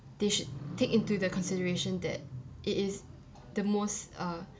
they should take into their consideration that it is the most uh